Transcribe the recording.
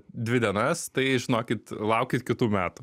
dvi dienas tai žinokit laukit kitų metų